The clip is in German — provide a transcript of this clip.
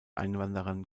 einwanderern